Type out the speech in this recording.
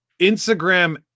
Instagram